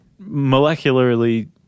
molecularly